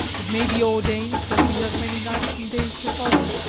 it may be ordained that we have many nights and days to follow,